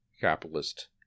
capitalist